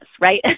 right